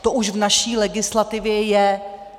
To už v naší legislativě je.